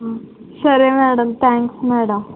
సరే madam thanks madam